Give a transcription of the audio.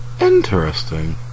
interesting